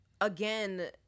again